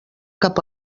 cap